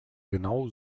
genau